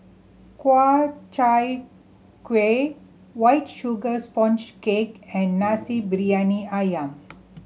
kua Chai Kueh White Sugar Sponge Cake and Nasi Briyani Ayam